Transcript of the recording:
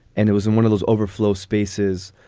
and it was one of those overflow spaces.